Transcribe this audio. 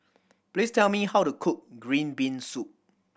please tell me how to cook green bean soup